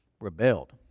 rebelled